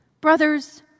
Brothers